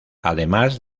además